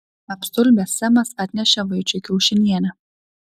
apstulbęs semas atnešė vaičiui kiaušinienę